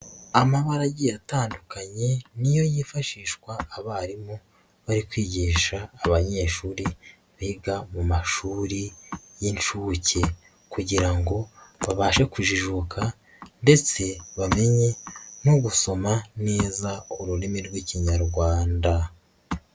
Amabara agiye atandukanye niyo yifashishwa abarimu bari kwigisha abanyeshuri biga mu mashuri y'inshuke kugira ngo babashe kujijuka ndetse bamenye no gusoma neza ururimi rw'Ikinyarwanda.